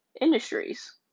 industries